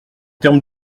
termes